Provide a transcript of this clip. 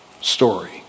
story